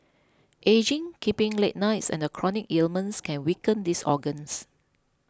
ageing keeping late nights and chronic ailments can weaken these organs